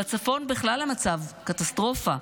בצפון בכלל המצב קטסטרופה: